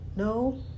No